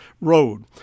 road